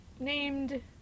named